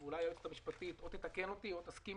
ואולי היועצת המשפטית תתקן אותי או תסכים